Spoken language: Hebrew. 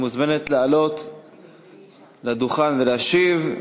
שמוזמנת לעלות לדוכן ולהשיב.